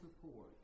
support